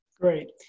Great